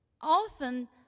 often